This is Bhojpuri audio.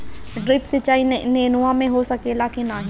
ड्रिप सिंचाई नेनुआ में हो सकेला की नाही?